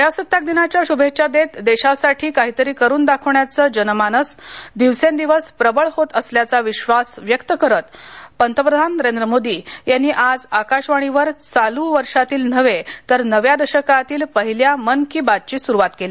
प्रजासत्ताक दिनाच्या शुभेच्छा देत देशासाठी काहीतरी करून दाखवण्याचं जनमानस दिवसंदिवस प्रबळ होत असल्याचा विश्वास व्यक्त करत पंतप्रधान नरेंद्र मोदी यांनी आज आकाशवाणीवर चालू वर्षातीलच नव्हे तर नव्या दशकातील पहिल्या मन की बातची सुरूवात केली